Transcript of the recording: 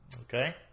Okay